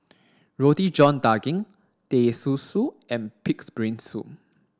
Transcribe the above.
roti john daging teh susu and pig's brain soup